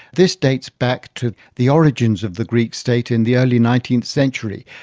this dates back to the origins of the greek state in the early nineteenth century,